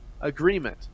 agreement